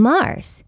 Mars